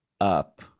up